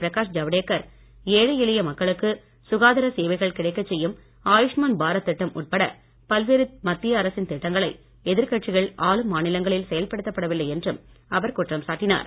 பிரகாஷ் ஜவுடேகர் ஏழை எளிய மக்களுக்கு சுகாதார சேவைகள் கிடைக்கச் செய்யும் ஆயுஷ்மான் பாரத் திட்டம் உட்பட் பல்வேறு மத்திய அரசின் திட்டங்களை எதிர்கட்சிகள் செயல்படுத்தப்படவில்லை என்று குற்றம் சாட்டினார்